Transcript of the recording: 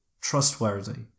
trustworthy